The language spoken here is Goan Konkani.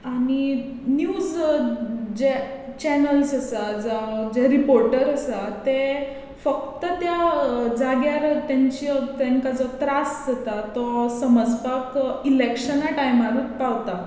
आनी निव्स जे चॅनल्स आसात जावं जे रिपोर्टर आसात ते फक्त त्या जाग्यार तांची तांकां जो त्रास जाता तो समजपाक इलेक्शना टायमारूच पावतात